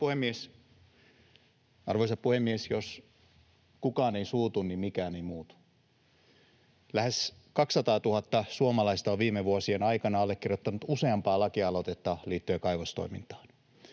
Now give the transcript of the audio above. Arvoisa puhemies! Jos kukaan ei suutu, niin mikään ei muutu. Lähes 200 000 suomalaista on viime vuosien aikana allekirjoittanut useamman lakialoitteen liittyen kaivostoimintaan,